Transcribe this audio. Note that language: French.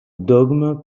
dogme